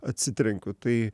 atsitrenkiu tai